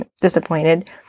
disappointed